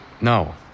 No